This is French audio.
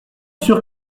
sûr